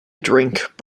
drink